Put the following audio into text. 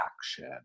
action